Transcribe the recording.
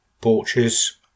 porches